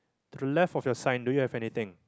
the left of your sign do you have anything